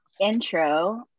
intro